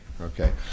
Okay